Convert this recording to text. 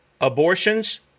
abortions